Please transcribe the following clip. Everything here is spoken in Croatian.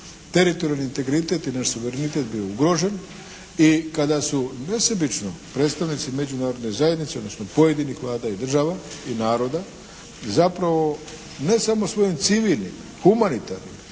teritorijalni integritet i naš suverenitet bio ugrožen i kada su nesebično predstavnici međunarodne zajednice odnosno pojedinih Vlada i država i naroda zapravo ne samo svojim civilnim, humanitarnim